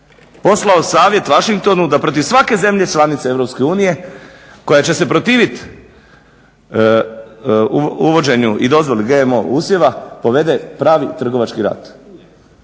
poslao savjet Washingtonu da protiv svake zemlje članice EU koja će se protivit uvođenju i dozvoljenu GMO usjeva povede pravi trgovački rat.